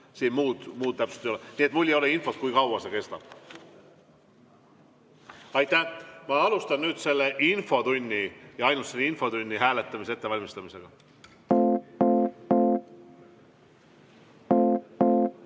Siin muud täpsustust ei ole. Nii et mul ei ole infot, kui kaua see kestab. Ma alustan nüüd infotunni, ainult selle infotunni hääletamise ettevalmistamist.